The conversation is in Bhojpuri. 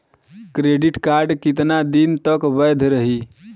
क्रेडिट कार्ड कितना दिन तक वैध रही?